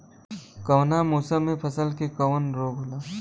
कवना मौसम मे फसल के कवन रोग होला?